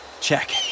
Check